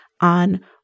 on